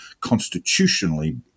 constitutionally